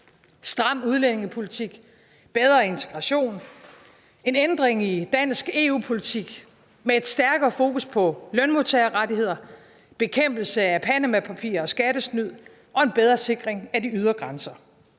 stram udlændingepolitik, bedre integration, en ændring i dansk EU-politik med et stærkere fokus på lønmodtagerrettigheder, bekæmpelse af Panamapapirer og skattesnyd og en bedre sikring af de ydre grænser.